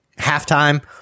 halftime